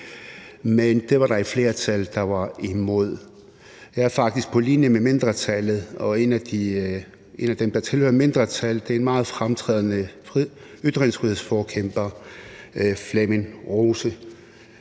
men det var der et flertal der var imod. Jeg er faktisk på linje med mindretallet, og en af dem, der tilhører mindretallet, er en meget fremtrædende ytringsfrihedsforkæmper, Flemming Rose,